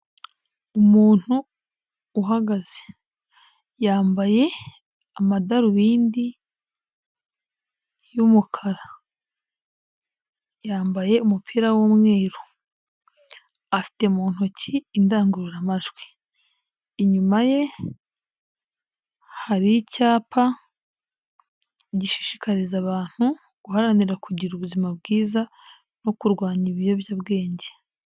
Umuntu uhagaze yambaye amadarubindi y'umukara, yambaye umupira w'umweru, afite mu ntoki indangururamajwi, inyuma hari icyapa gishishikariza abantu guharanira kugira ubuzima bwiza no kurwanya ibiyobyabwenge.